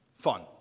fun